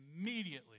immediately